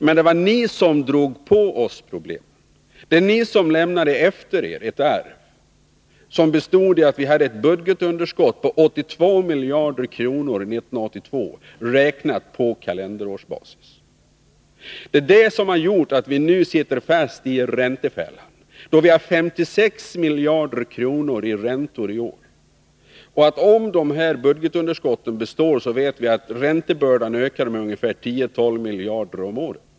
Men det var ni som drog på oss problemen, det var ni som lämnade efter er ett arv som bestod i ett budgetunderskott på 82 miljarder kronor år 1982, räknat på kalenderårsbasis. Det är detta som har gjort att vi nu sitter fast i räntefällan. Vi har 56 miljarder kronor i räntor i år. Om dessa budgetunderskott består, vet vi att räntebördan ökar med 10-12 miljarder om året.